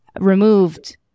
removed